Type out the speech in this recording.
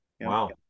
Wow